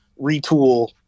retool